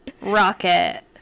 rocket